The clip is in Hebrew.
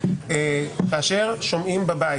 חברים, אתם לא שומעים?